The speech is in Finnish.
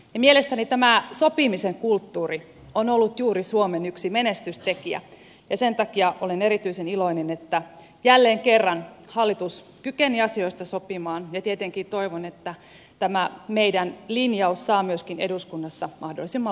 mielestäni juuri tämä sopimisen kulttuuri on ollut yksi suomen menestystekijä ja sen takia olen erityisen iloinen että jälleen kerran hallitus kykeni asioista sopimaan ja tietenkin toivon että tämä meidän linjauksemme saa myöskin eduskunnassa mahdollisimman laajan tuen